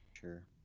Sure